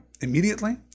Immediately